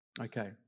Okay